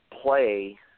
play